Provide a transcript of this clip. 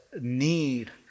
need